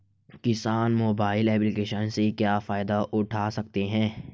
किसान mobile application से क्या फायदा उठा सकता है?